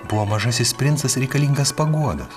buvo mažasis princas reikalingas paguodos